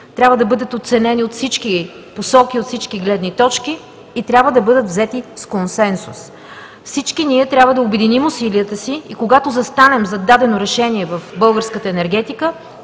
трябва да бъдат оценени от всички посоки, от всички гледни точки и трябва да бъдат взети с консенсус. Всички ние трябва да обединим усилията си и, когато застанем зад дадено решение в българската енергетика,